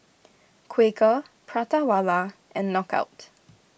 Quaker Prata Wala and Knockout